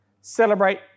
celebrate